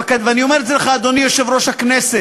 ואני אומר את זה לך, אדוני יושב-ראש הכנסת,